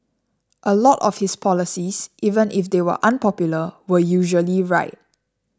a lot of his policies even if they were unpopular were usually right